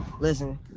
Listen